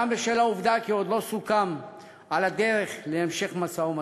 וגם בשל העובדה כי עוד לא סוכם על הדרך להמשך משא-ומתן.